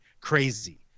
Crazy